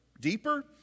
deeper